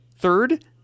Third